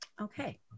Okay